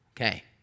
Okay